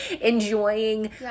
enjoying